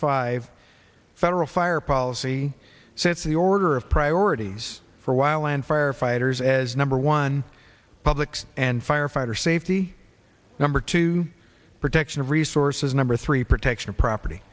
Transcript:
five federal fire policy said order of priorities for a while and firefighters as number one publics and firefighter safety number two protection of resources number three protection of property